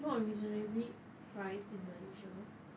no unreasonably prize in malaysia